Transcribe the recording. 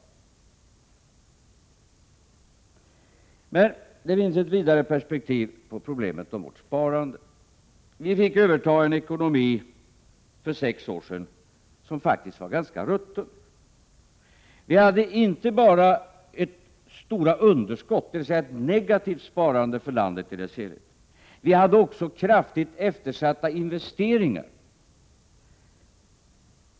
Men det finns ett vidare perspektiv på problemet med vårt sparande. Vi fick för sex år sedan överta en ekonomi som faktiskt var ganska rutten. Vi hade inte bara stora underskott, dvs. ett negativt sparande för landet i dess helhet. Vi hade också kraftigt eftersatta investeringar.